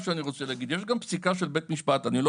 אני רוצה להגיד עוד משהו: יש גם פסיקה של בית משפט - אני לא